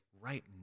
right